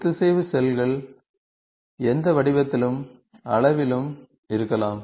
ஒத்திசைவு செல்கள் எந்த வடிவத்திலும் அளவிலும் இருக்கலாம்